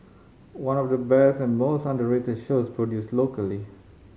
one of the best and most underrated shows produced locally